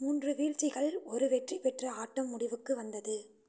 மூன்று வீழ்ச்சிகள் ஒரு வெற்றி பெற்று ஆட்டம் முடிவுக்கு வந்தது